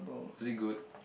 was it good